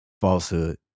falsehood